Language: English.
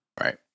Right